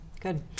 good